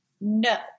no